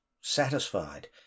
satisfied